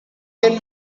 can